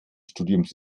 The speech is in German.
studiums